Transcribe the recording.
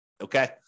okay